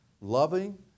loving